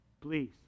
Please